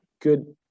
good